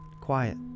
quiet